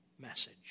message